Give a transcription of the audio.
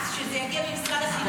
שזה יגיע ממשרד החינוך.